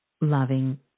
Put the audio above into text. loving